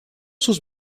sus